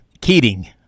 Keating